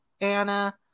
anna